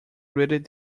greeted